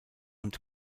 und